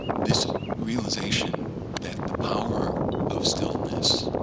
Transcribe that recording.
this ah realization that the power of stillness